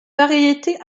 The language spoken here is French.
variété